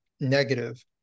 negative